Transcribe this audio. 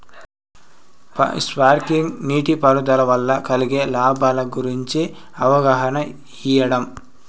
Sprinkle నీటిపారుదల వల్ల కలిగే లాభాల గురించి అవగాహన ఇయ్యడం?